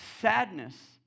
sadness